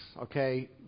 Okay